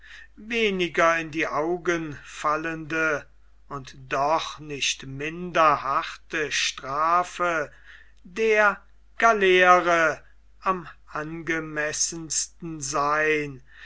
weniger in die augen fallende und doch nicht minder harte strafe der galeere am angemessensten sein